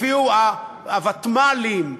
הופיעו הוותמ"לים,